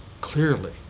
Clearly